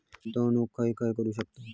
गुंतवणूक खय खय करू शकतव?